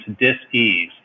dis-ease